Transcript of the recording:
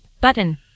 button